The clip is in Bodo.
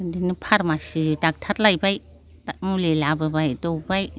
बिदिनो फारमासि दक्ट'र लायबाय मुलि लाबोबाय दौबाय